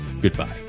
goodbye